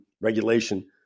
regulation